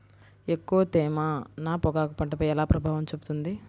ఎక్కువ తేమ నా పొగాకు పంటపై ఎలా ప్రభావం చూపుతుంది?